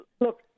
Look